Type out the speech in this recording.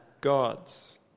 gods